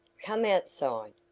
come outside,